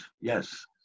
yes